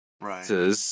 right